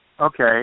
Okay